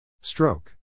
Stroke